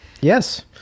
Yes